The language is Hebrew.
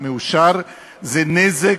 אז,